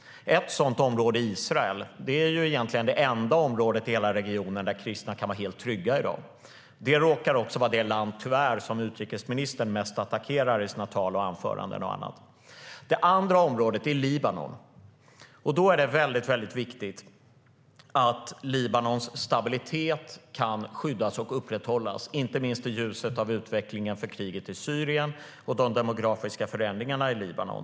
Ett sådant område är Israel. Det är egentligen det enda området i hela regionen där kristna kan vara helt trygga i dag. Det råkar tyvärr också vara det land som utrikesministern mest attackerar i sina tal och anföranden. Det andra området är Libanon. Det är därför väldigt viktigt att Libanons stabilitet kan skyddas och upprätthållas, inte minst i ljuset av utvecklingen av kriget i Syrien och de demografiska förändringarna i Libanon.